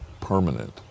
permanent